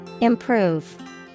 Improve